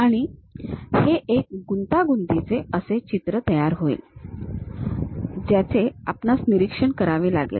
आणि हे एक गुंतागुंतीचे असे चित्र तयार होईल ज्याचे आपणास निरीक्षण करावे लागेल